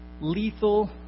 lethal